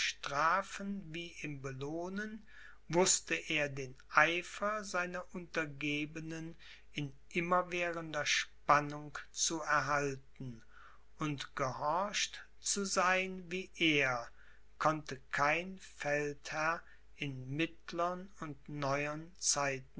strafen wie im belohnen wußte er den eifer seiner untergebenen in immerwährender spannung zu erhalten und gehorcht zu sein wie er konnte kein feldherr in mittlern und neuern zeiten